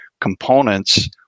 components